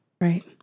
Right